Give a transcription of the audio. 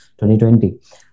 2020